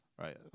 right